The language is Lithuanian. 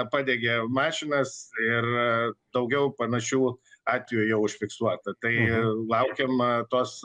padegė mašinas ir daugiau panašių atvejų jau užfiksuota tai laukiama tos